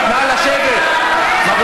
נא לשבת.